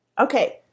Okay